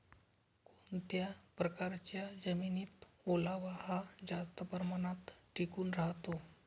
कोणत्या प्रकारच्या जमिनीत ओलावा हा जास्त प्रमाणात टिकून राहतो?